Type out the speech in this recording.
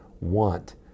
want